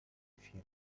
fear